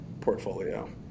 portfolio